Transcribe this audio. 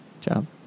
Job